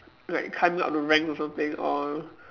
like climb up the rank or something or